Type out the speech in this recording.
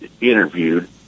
interviewed